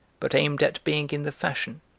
but aimed at being in the fashion,